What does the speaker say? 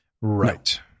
right